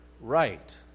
right